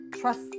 trust